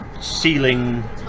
ceiling